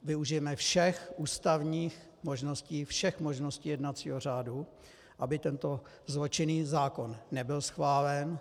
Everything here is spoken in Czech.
Využijeme všech ústavních možností, všech možností jednacího řádu, aby tento zločinný zákon nebyl schválen.